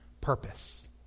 purpose